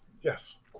Yes